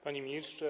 Panie Ministrze!